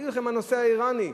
יגידו לכם, הנושא האירני.